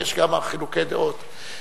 ויש כמה חילוקי דעות.